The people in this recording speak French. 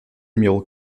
numéro